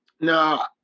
No